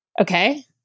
Okay